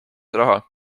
raha